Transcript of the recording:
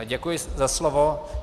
Děkuji za slovo.